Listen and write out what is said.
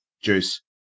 Juice